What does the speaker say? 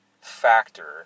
factor